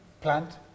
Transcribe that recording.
Plant